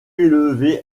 élevé